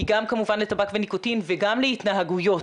היא גם כמובן לטבק וניקוטין וגם להתנהגויות,